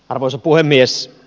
arvoisa puhemies